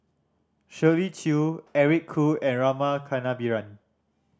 Shirley Chew Eric Khoo and Rama Kannabiran